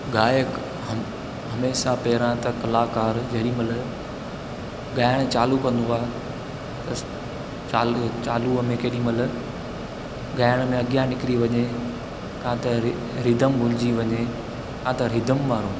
गायक ह हमेशह पहिरां त कलाकार जेॾी महिल ॻाइण चालू कंदो आहे त चा चालूअ में केॾी महिल ॻाइण में अॻियां निकिरी वञे का त रि रिधम भुलिजी वञे का त रिधम वारो